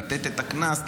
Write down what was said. לתת את הקנס,